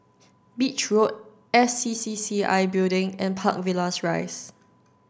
Beach Road S C C C I Building and Park Villas Rise